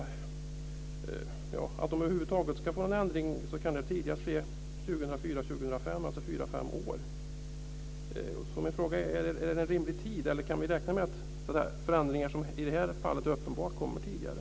Att en ändring över huvud taget kan ske tidigast 2004 eller 2005, alltså om fyra fem år? Är det en rimlig tid, eller kan vi räkna med förändringar i fallen som det här uppenbart kommer tidigare?